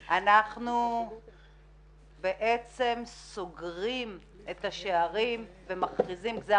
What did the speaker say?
אומר שאנחנו בעצם סוגרים את השערים ומכריזים גזר